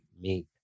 meat